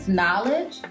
knowledge